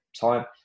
time